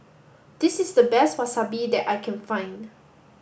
this is the best Wasabi that I can find